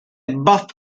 bath